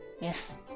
Yes